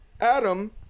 Adam